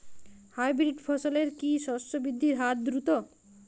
Hybrid ফসলের কি শস্য বৃদ্ধির হার দ্রুত?